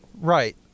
Right